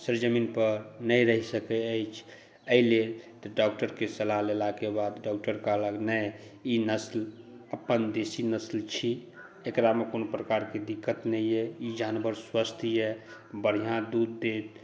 सरजमीनपर नहि रहि सकै अछि एहि लेल तऽ डॉक्टरके सलाह लेलाके बाद डॉक्टर कहलक नहि ई नस्ल अपन देसी नस्ल छी एकरामे कोनो प्रकारके दिक्कत नहि अइ ई जानवर स्वस्थ अइ बढ़िआँ दूध देत